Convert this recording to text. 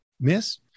Miss